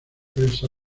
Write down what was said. elsa